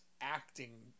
acting